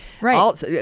Right